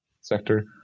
sector